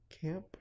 camp